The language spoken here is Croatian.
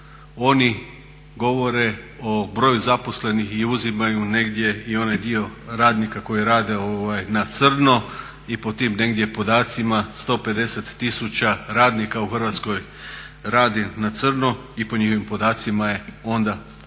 oni govore o broju zaposlenih i uzimaju negdje i onaj dio radnika koji rade na crno i po tim negdje podacima 150 tisuća radnika u Hrvatskoj radi na crno i po njihovim podacima je onda kudikamo